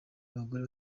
abagore